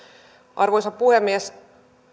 arvoisa puhemies